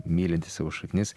mylintis savo šaknis